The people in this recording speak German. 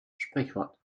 sprichwort